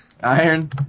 Iron